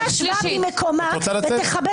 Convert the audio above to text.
אם יש לך שישה של קואליציה ועוד שלוש קבוצות